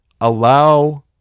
allow